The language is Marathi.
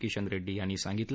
किशन रेड्डी यांनी सांगितलं